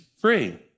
free